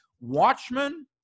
Watchmen